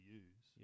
use